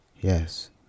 Yes